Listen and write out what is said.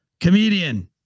comedian